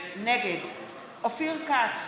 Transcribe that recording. נגד אופיר כץ,